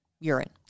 urine